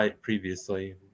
previously